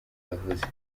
yavuze